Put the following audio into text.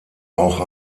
auch